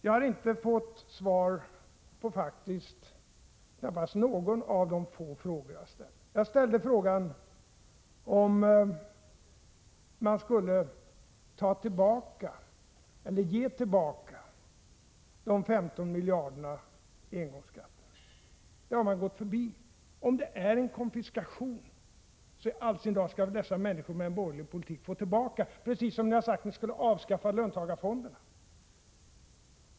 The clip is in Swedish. Jag har faktiskt knappast fått svar på någon av de få frågor jag ställde. Jag frågade om de borgerliga ville ge tillbaka engångsskattens 15 miljarder. Det har man gått förbi. Om det är en konfiskation, skall väl i all sin dar dessa människor få tillbaka pengarna, om det blir en borgerlig politik. Ni har ju dessutom sagt att ni skall avskaffa löntagarfonderna.